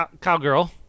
cowgirl